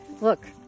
look